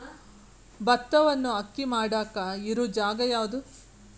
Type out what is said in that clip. ಭತ್ತವನ್ನು ಅಕ್ಕಿ ಮಾಡಾಕ ಇರು ಜಾಗ ಯಾವುದು?